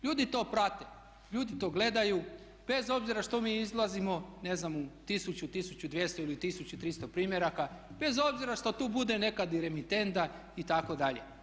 Ljudi to prate, ljudi to gledaju bez obzira što mi izlazimo ne znam u 1000, 1200 ili 1300 primjeraka, bez obzira što tu bude nekad i remitenda itd.